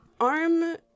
Arm